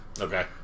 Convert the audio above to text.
Okay